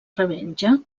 revenja